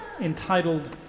entitled